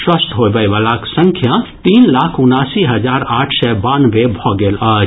स्वस्थ होबय वलाक संख्या तीन लाख उनासी हजार आठ सय बानवे भऽ गेल अछि